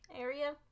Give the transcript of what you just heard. area